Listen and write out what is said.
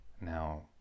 Now